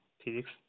physics